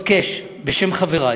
אני מבקש, בשם חברי,